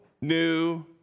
new